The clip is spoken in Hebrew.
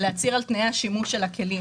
להצהיר בפני המכון על תנאי השימוש בכלים.